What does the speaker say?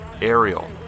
aerial